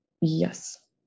Yes